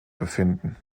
befinden